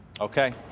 Okay